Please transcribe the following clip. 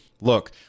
look